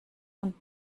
und